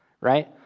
right